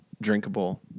drinkable